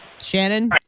Shannon